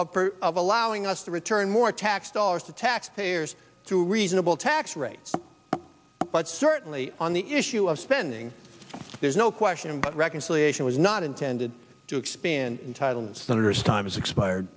purposes of allowing us to return more tax dollars to taxpayers through reasonable tax rates but certainly on the issue of spending there's no question but reconciliation was not intended to expand in title senators time is expired